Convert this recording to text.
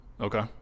okay